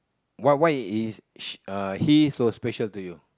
why why is she he so special to you